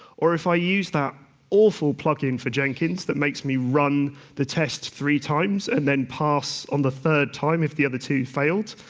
or if i use that awful plugin for jenkins that makes me run the test three times and then pass on the third time if the other two failed,